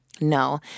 No